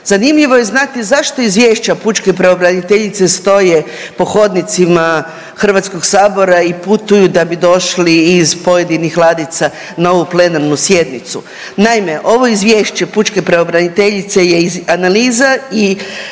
Zanimljivo je znati zašto izvješća pučke pravobraniteljice stoje po hodnicima HS i putuju da bi došli iz pojedinih ladica na ovu plenarnu sjednicu? Naime, ovo izvješće pučke pravobraniteljice je iz analiza i